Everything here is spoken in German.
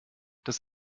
das